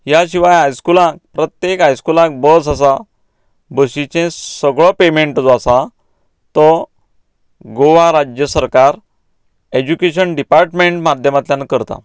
ह्या शिवाय हायस्कूलांत प्रत्येक हायस्कूलांत बस आसा बसीचें सगळो पेमेंट जो आसा तो गोवा राज्य सरकार एजुकेशन डिपार्टमेंट माध्यमांतल्यान करता